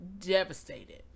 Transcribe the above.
devastated